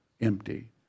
empty